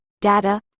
Data